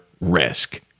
risk